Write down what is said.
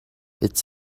its